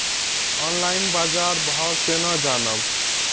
Online बाजार भाव केना जानब?